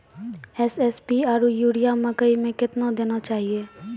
SSP आरु urea मकई मे कितना देना चाहिए?